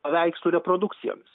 paveikslų reprodukcijomis